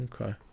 Okay